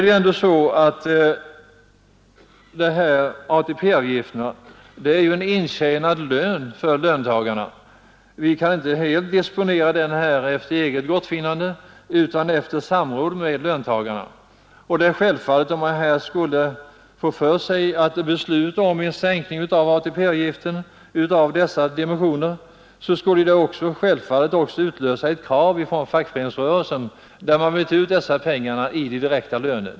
Det är ju så att ATP-avgifterna är en form av intjänad lön för löntagarna. Vi kan inte här helt disponera dessa pengar efter eget gottfinnande, utan det måste ske i samråd med löntagarna. Ett beslut om en sänkning av ATP-avgifterna i denna storleksordning skulle helt naturligt utlösa ett krav från fackföreningsrörelsen om utbyte av dessa pengar mot direkta löner.